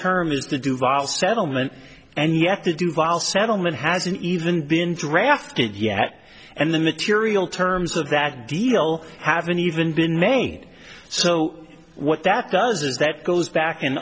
the duvall settlement and you have to do vile settlement hasn't even been drafted yet and the material terms of that deal haven't even been made so what that does is that goes back in